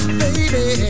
baby